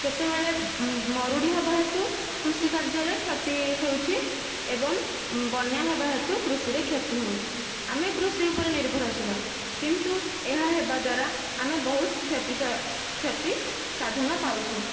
କେତେବେଳେ ମରୁଡ଼ି ହେବା ହେତୁ କୃଷି କାର୍ଯ୍ୟରେ କ୍ଷତି ହେଉଛି ଏବଂ ବନ୍ୟା ହେବା ହେତୁ କୃଷିରେ କ୍ଷତି ହେଉଛି ଆମେ କୃଷି ଉପରେ ନିର୍ଭରଶୀଳ କିନ୍ତୁ ଏହା ହେବା ଦ୍ଵାରା ଆମେ ବହୁତ କ୍ଷତି କ୍ଷତି ସାଧନ ପାଉଛୁ